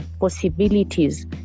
possibilities